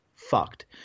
Fucked